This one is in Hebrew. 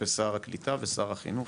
ושר הקליטה ושר החינוך,